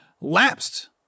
lapsed